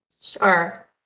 Sure